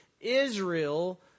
Israel